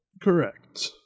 Correct